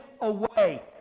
away